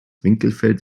winkelfeld